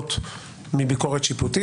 וליהנות מחסינות ומביקורת שיפוטית.